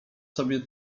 sobie